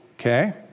okay